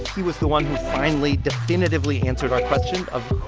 he was the one who finally, definitively answered our question of